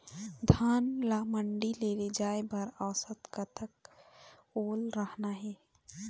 धान ला मंडी ले जाय बर औसत कतक ओल रहना हे?